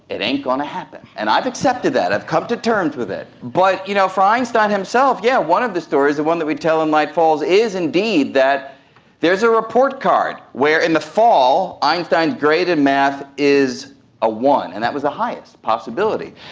it ain't going to happen, and i've accepted that, i've come to terms with it. but you know for einstein himself, yes, yeah one of the stories and one that we tell in light falls is indeed that there is a report card where in the fall einstein's grade in and math is a one, and that was the highest possibility.